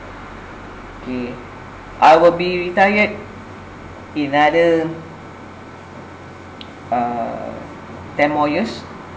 okay I will be retired in another uh ten more years